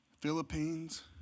Philippines